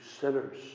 sinners